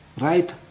right